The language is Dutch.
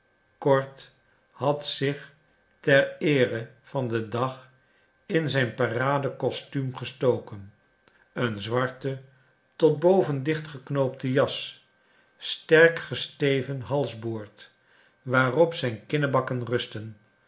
kord had zich ter eere van den dag in zijn parade costuum gestoken een zwarten tot boven dichtgeknoopten jas sterk gesteven halsboord waarop zijn kinnebakken rustten